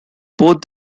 both